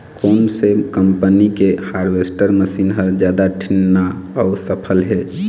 कोन से कम्पनी के हारवेस्टर मशीन हर जादा ठीन्ना अऊ सफल हे?